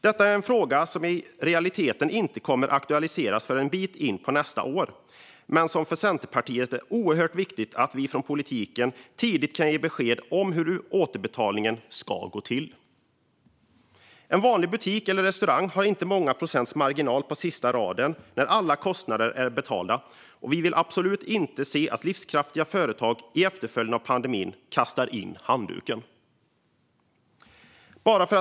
Detta är en fråga som i realiteten inte kommer att aktualiseras förrän en bit in på nästa år, men för mig och Centerpartiet är det oerhört viktigt att vi från politiken tidigt kan ge besked om hur återbetalningen ska gå till. En vanlig butik eller restaurang har inte många procents marginal på sista raden när alla kostnader är betalda, och vi vill absolut inte se att livskraftiga företag i pandemins efterföljd kastar in handduken.